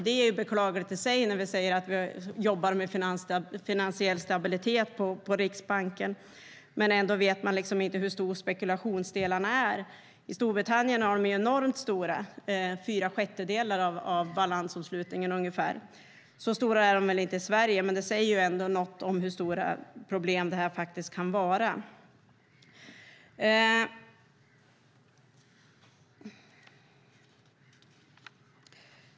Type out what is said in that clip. Det är beklagligt i sig när vi säger att vi jobbar med finansiell stabilitet i Riksbanken. Ändå vet man inte hur stora spekulationsdelarna är. I Storbritannien är de enormt stora, ungefär fyra sjättedelar av balansomslutningen. Så stora är de väl inte i Sverige, men det säger ändå något om hur stora problem det kan vara.